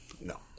No